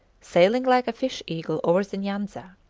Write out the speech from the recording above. sailing like a fish-eagle over the nyanza.